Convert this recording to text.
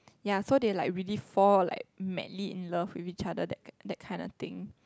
ya so they like really fall like madly in love with each other that that kind of thing